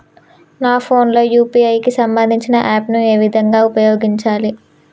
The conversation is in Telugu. నా ఫోన్ లో యూ.పీ.ఐ కి సంబందించిన యాప్ ను ఏ విధంగా ఉపయోగించాలి?